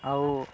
ଆଉ